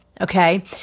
Okay